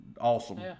Awesome